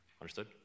Understood